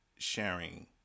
sharing